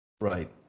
Right